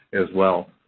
as well.